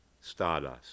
Stardust